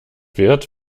wird